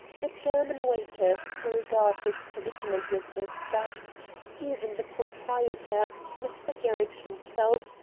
the german waiters to regard his predicament with respect even the proprietor, mr. gerridge himself,